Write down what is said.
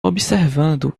observando